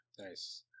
Nice